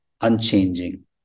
unchanging